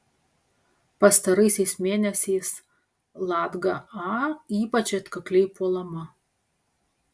pastaraisiais mėnesiais latga a ypač atkakliai puolama